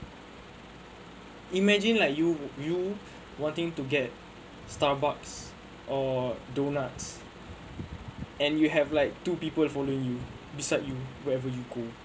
imagine like you you wanting to get starbucks or donuts and you have like two people following you beside you wherever you go